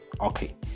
okay